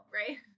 right